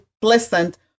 pleasant